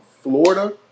Florida